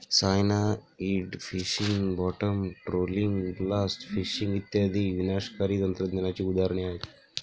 cyanide fishing, bottom trawling, blast fishing इत्यादी विनाशकारी तंत्रज्ञानाची उदाहरणे आहेत